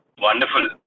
Wonderful